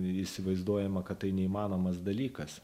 įsivaizduojama kad tai neįmanomas dalykas